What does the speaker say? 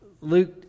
Luke